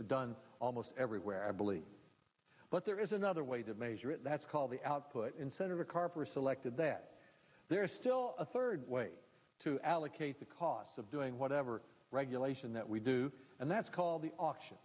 done almost everywhere i believe but there is another way to measure it that's called the output in senator carper selected that there is still a third way to allocate the costs of doing whatever regulation that we do and that's called the option